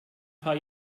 paar